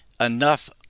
enough